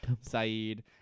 Saeed